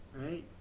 right